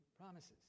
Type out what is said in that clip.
promises